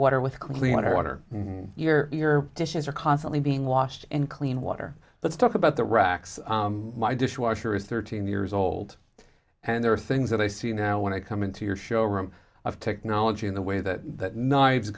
water with cleaner water and your dishes are constantly being washed in clean water let's talk about the racks my dishwasher is thirteen years old and there are things that i see now when i come into your showroom of technology in the way that knives